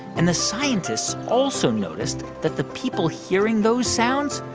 and the scientists also noticed that the people hearing those sounds,